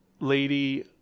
Lady